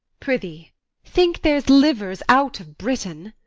prithee think there's livers out of britain.